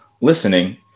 listening